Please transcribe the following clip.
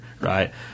right